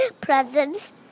presents